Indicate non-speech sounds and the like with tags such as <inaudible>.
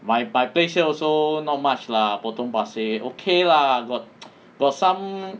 my my place also not much lah potong pasir okay lah got <noise> got some